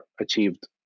achieved